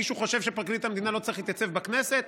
מישהו חושב שפרקליט המדינה לא צריך להתייצב בכנסת?